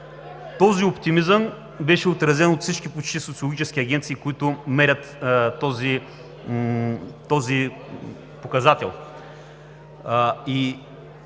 Този оптимизъм беше отразен от почти всички социологически агенции, които мерят този показател.